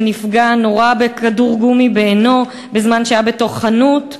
שנורה בכדור גומי בעינו בזמן שהיה בתוך חנות.